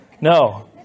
No